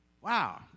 Wow